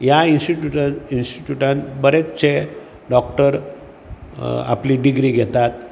ह्या इन्स्टिट्यूटा इन्स्टिट्यूटान बरेचशें डॉक्टर अ आपली डिग्री घेतात